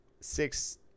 six